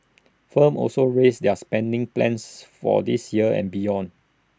firms also raised their spending plans for this year and beyond